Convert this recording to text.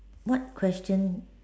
what question